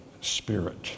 Spirit